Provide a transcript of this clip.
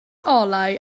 olau